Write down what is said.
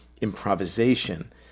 improvisation